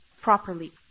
properly